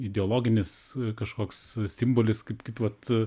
ideologinis kažkoks simbolis kaip kaip vat